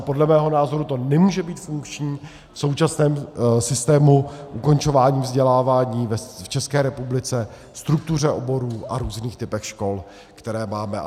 Podle mého názoru to ale nemůže být funkční v současném systému ukončování vzdělávání v České republice, struktuře oborů a různých typech škol, které máme.